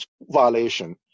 violation